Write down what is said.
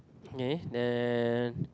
kay then